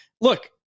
look